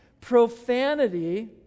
Profanity